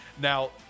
Now